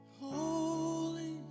Holy